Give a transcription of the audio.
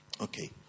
Okay